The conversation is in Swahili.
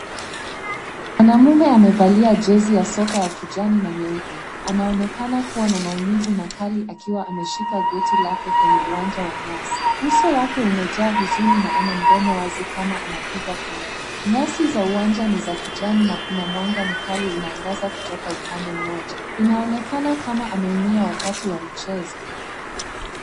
Mwanaume amevalia jezi ya soka ya kijani na nyeupe. Anaonekana kuwa na maumivu makali akiwa ameshika goti lake kwenye uwanja wa nyasi. Uso wake umejaa huzuni na ana mdomo wazi kama anapiga kelele. Nyasi za uwanja ni za kijani na kuna mwanga mkali unaangaza kutoka upande mmoja. Inaonekana kama ameumia wakati wa mchezo.